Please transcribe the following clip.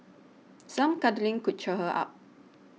some cuddling could cheer her up